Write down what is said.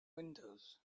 windows